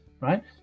right